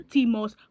Timos